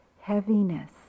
heaviness